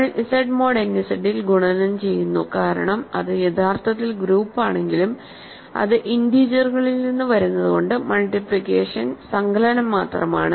നമ്മൾ Z mod n Z ൽ ഗുണനം ചെയ്യുന്നു കാരണം അത് യഥാർത്ഥത്തിൽ ഗ്രൂപ്പാണെങ്കിലും അത് ഇന്റീജറുകളിൽ നിന്ന് വരുന്നതുകൊണ്ട് മൾട്ടിപ്ലിക്കേഷൻ സങ്കലനം മാത്രമാണ്